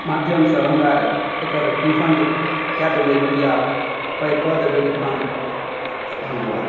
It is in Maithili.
माध्यमसँ हमरा एकर रिफन्ड कऽ देबै रुपैआ पाइ कऽ देबै रिफन्ड धन्यवाद